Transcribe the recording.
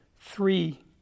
three